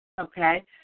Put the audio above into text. Okay